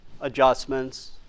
adjustments